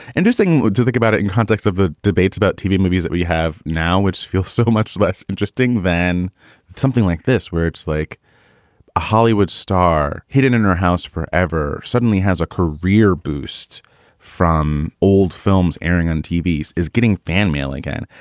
interesting to think about it in the context of the debates about tv movies that we have now, which feels so much less interesting than something like this, where it's like a hollywood star hidden in her house forever suddenly has a career boost from old films airing on tv is getting fan mail again.